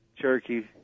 Cherokee